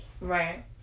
Right